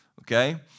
okay